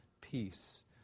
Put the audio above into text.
peace